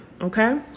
Okay